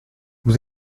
vous